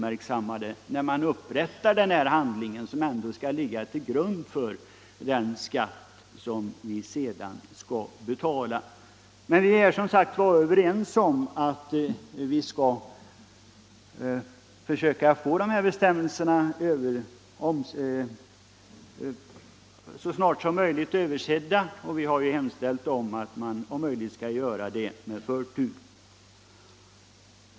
märksamma när de upprättar deklarationshandlingen, som ändå skall ligga till grund för den skatt som sedan skall betalas. Men vi är som sagt överens om att vi bör försöka att snarast få bestämmelserna översedda, och vi har också hemställt om att detta om möjligt skall göras med förtur.